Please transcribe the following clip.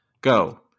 go